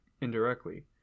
indirectly